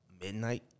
midnight